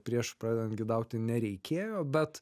prieš pradedant gidauti nereikėjo bet